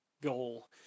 goal